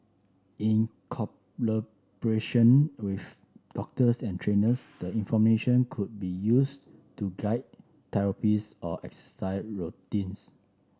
in collaboration with doctors and trainers the information could be use to guide therapies or exercise routines